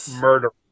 murder